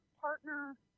partner